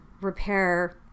repair